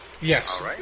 Yes